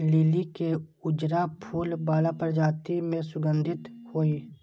लिली के उजरा फूल बला प्रजाति मे सुगंध होइ छै